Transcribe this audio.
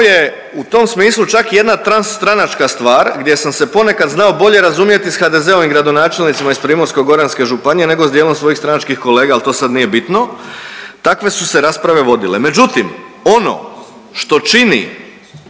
Ovo je u tom smislu čak i jedna transtranačka stvar gdje sam se ponekad znao bolje razumjeti s HDZ-ovim gradonačelnicima iz Primorsko-goranske županije nego s dijelom svojih stranačkih kolega, ali to sad nije bitno, takve su se rasprave vodile. Međutim, ono što čini